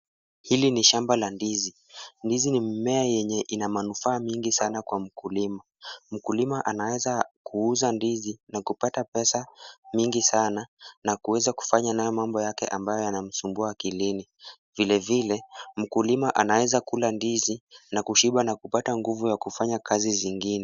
Hili ni shamba la ndizi. Ndizi ni mmea yenye ina manufaa mingi sana kwa mkulima. Mkulima anaeza kuuza ndizi na kupata pesa mingi sana na kuweza kufanya nayo mambo yake ambayo yanamsumbua akilini. Vilevile mkulima anaeza kula ndizi na kushiba na kupata nguvu ya kufanya kazi zingine.